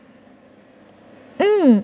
uh